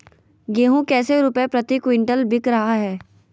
गेंहू कैसे रुपए प्रति क्विंटल बिक रहा है?